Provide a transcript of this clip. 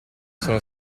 sono